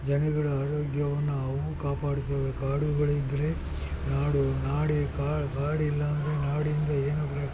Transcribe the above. ಜನಗಳ ಆರೋಗ್ಯವನ್ನು ಅವು ಕಾಪಾಡ್ಕೊಳ್ಬೇಕು ಕಾಡುಗಳಿದ್ದರೆ ನಾಡು ನಾಡೆ ಕಾಡಿಲ್ಲ ಅಂದ್ರೆ ನಾಡಿಂದ ಏನು ಪ್ರ